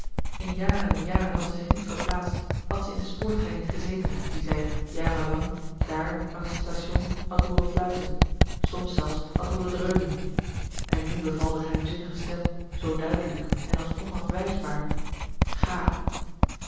in jaren en jaren had zij niet zich verplaatst had zij in den spoortrein niet gezeten dien zij jaren lang daar langs het station had hooren fluiten soms zelfs had hooren dreunen en nu beval de geheimzinnige stem zoo duidelijk en als onafwijsbaar ga